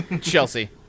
Chelsea